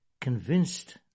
convinced